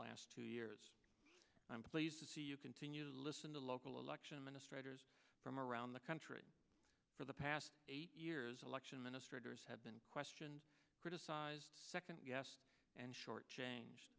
last two years and i'm pleased to see you continue to listen to local election ministers from around the country for the past eight years election ministers have been questions criticized second guessed and short changed